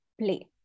play